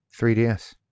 3DS